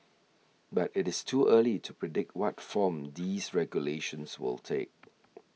but it is too early to predict what form these regulations will take